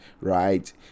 right